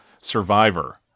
Survivor